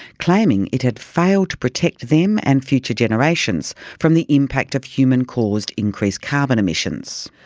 claiming it had failed to protect them and future generations from the impact of human-caused increased carbon emissions.